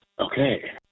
Okay